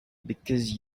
because